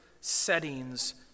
settings